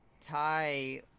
Ty